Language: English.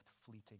fleeting